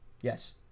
Yes